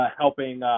helping